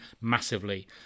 massively